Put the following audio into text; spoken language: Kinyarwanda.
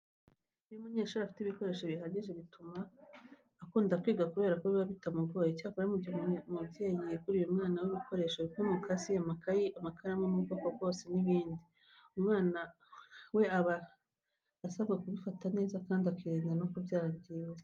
Iyo umunyeshuri afite ibikoresho bihagije by'ishuri bituma akunda kwiga kubera ko biba bitamugoye. Icyakora mu gihe umubyeyi yaguriye umwana we ibikoresho nk'umukasi, amakayi, amakaramu y'ubwoko bwose n'ibindi, umwana na we aba asabwa kubifata neza kandi akirinda no kubyangiza.